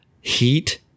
Heat